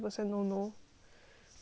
later your vajayjay